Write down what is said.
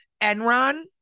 Enron